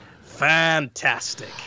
fantastic